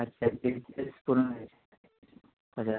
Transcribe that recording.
अच्छा